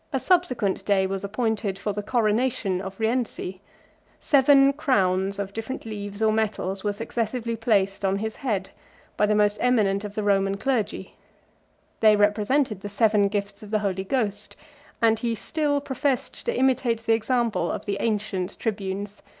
a subsequent day was appointed for the coronation of rienzi seven crowns of different leaves or metals were successively placed on his head by the most eminent of the roman clergy they represented the seven gifts of the holy ghost and he still professed to imitate the example of the ancient tribunes.